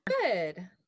Good